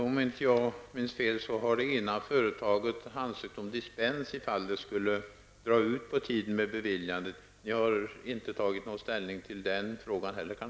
Fru talman! Om jag inte minns fel har det ena företaget ansökt om dispens för den händelse att det skulle dra ut på tiden med beviljandet. Ni har kanske inte heller tagit ställning till den frågan?